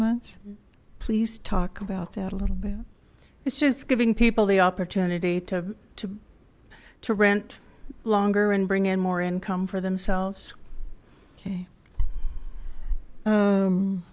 months please talk about that a little bit it's just giving people the opportunity to to rent longer and bring in more income for themselves okay